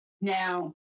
Now